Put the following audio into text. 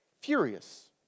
furious